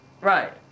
Right